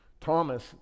Thomas